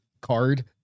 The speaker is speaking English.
card